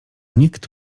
nikt